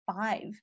five